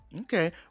Okay